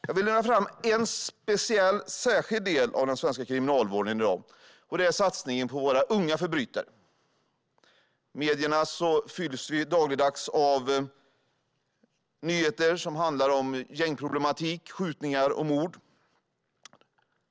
Jag vill lyfta fram en speciell del av den svenska kriminalvården i dag, och det är satsningen på våra unga förbrytare. Medierna fylls dagligdags av nyheter som handlar om gängproblematik, skjutningar och mord.